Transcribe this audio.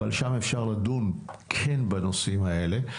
אבל שם אפשר לדון בנושאים האלה.